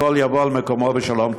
הכול יבוא על מקומו בשלום.